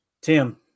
Tim